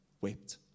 wept